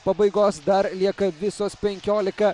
pabaigos dar lieka visos penkiolika